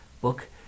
book